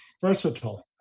versatile